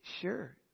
sure